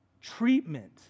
treatment